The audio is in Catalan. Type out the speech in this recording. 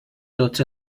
tots